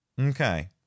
Okay